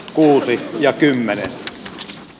kuusi ja kymmenen mukaisena